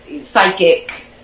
psychic